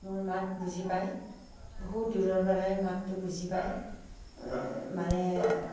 মোৰ মাত বুজি পায় বহুদূৰৰ পৰাই মাতটো বুজি পায় মানে